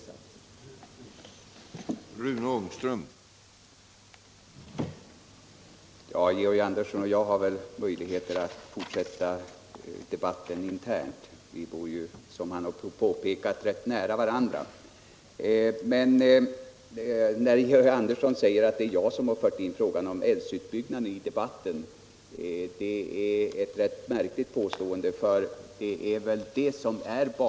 delådalen Om ökat antal hälsovårdsinspektörer